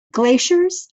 glaciers